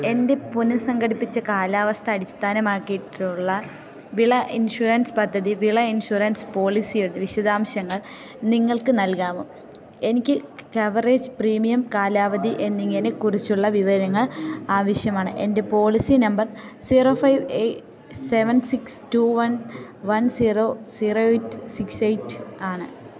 എൻ്റെ പുനഃസംഘടിപ്പിച്ച കാലാവസ്ഥ അടിസ്ഥാനമാക്കിയിട്ടുള്ള വിള ഇൻഷുറൻസ് പദ്ധതി വിള ഇൻഷുറൻസ് പോളിസി വിശദാംശങ്ങൾ നിങ്ങൾക്ക് നൽകാമോ എനിക്ക് കവറേജ് പ്രീമിയം കാലാവധി എന്നിങ്ങനെ കുറിച്ചുള്ള വിവരങ്ങൾ ആവശ്യമാണ് എൻ്റെ policy number zero five seven six two one one zero zero eight six eight ആണ്